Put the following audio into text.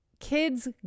Kids